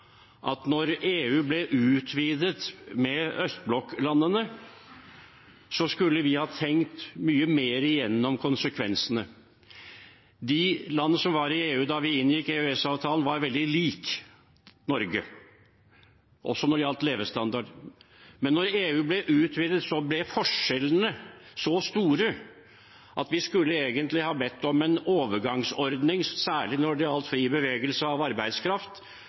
at da EU ble utvidet med østblokklandene, skulle vi ha tenkt mye mer igjennom konsekvensene. De land som var i EU da vi inngikk EØS-avtalen, var veldig lik Norge – også når det gjaldt levestandard. Men da EU ble utvidet, ble forskjellene så store at vi skulle egentlig ha bedt om en overgangsordning, særlig når det gjaldt fri bevegelse av arbeidskraft,